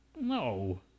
No